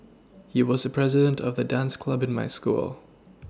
he was the president of the dance club in my school